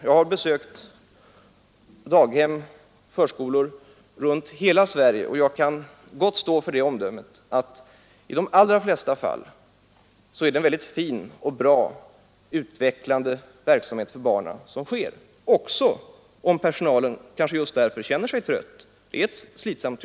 Jag har besökt daghem och förskolor runt hela Sverige, och jag kan gott stå för omdömet att i de allra flesta fall är det en mycket fin och bra och för barnen utvecklande verksamhet som bedrivs, även om personalen kanske just därför känner att det är arbetsamt.